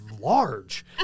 large